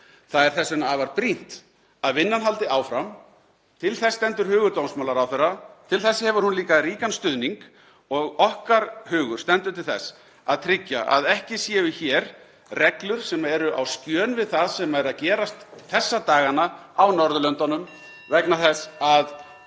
Það er þess vegna afar brýnt að vinnan haldi áfram. Til þess stendur hugur dómsmálaráðherra. Til þess hefur hún líka ríkan stuðning og okkar hugur stendur til þess að tryggja að hér séu ekki reglur sem eru á skjön við það sem er að gerast þessa dagana á Norðurlöndunum vegna þess að